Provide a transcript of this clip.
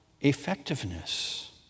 effectiveness